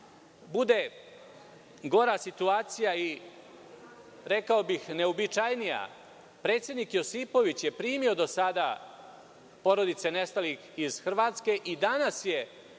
bude gora situacija i rekao bih neobičajnija, predsednik Josipović je primio do sada porodice nestalih iz Hrvatske i danas su